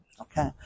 okay